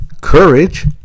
Courage